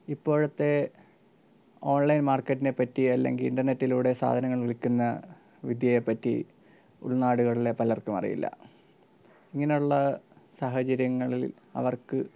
ഇപ്പോഴത്തെ ഓൺലൈൻ മാർക്കറ്റിനെപ്പറ്റി അല്ലെങ്കിൽ ഇന്റർനെറ്റിലൂടെ സാധനങ്ങൾ വിൽക്കുന്ന വിദ്യയെ പറ്റി ഉൾ നാടുകളിലെ പലർക്കും അറിയില്ല ഇങ്ങനെയുള്ള സാഹചര്യങ്ങളിൽ അവർക്ക്